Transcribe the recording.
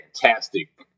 fantastic